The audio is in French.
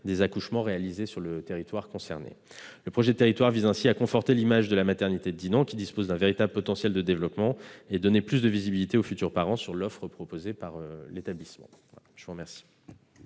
des accouchements réalisés sur le territoire concerné. Le projet de territoire vise ainsi à conforter l'image de la maternité de Dinan, qui dispose d'un véritable potentiel de développement, et à donner plus de visibilité aux futurs parents sur l'offre proposée par l'établissement. La parole